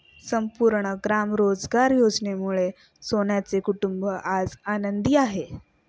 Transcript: संपूर्ण ग्राम रोजगार योजनेमुळे सोहनचे कुटुंब आज आनंदी आहे